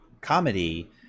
comedy